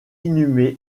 inhumée